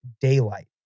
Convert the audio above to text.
daylight